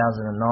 2009